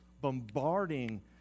bombarding